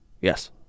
Yes